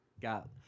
got